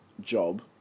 job